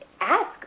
ask